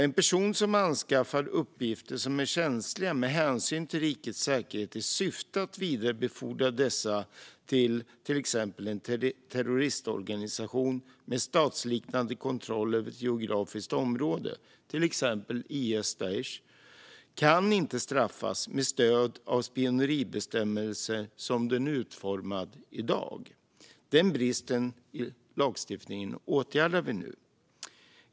En person som anskaffar uppgifter som är känsliga med hänsyn till rikets säkerhet i syfte att vidarebefordra dessa till exempel till en terroristorganisation med statsliknande kontroll över ett geografiskt område, till exempel IS/Daish, kan inte straffas med stöd av spioneribestämmelsen som den är utformad i dag. Den bristen i lagstiftningen åtgärdar vi nu.